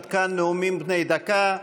עד כאן נאומים בני דקה.